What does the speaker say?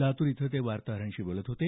लातूर इथं ते वार्ताहरांशी बोलत होते